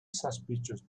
suspicious